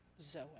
zoe